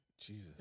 Jesus